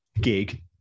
gig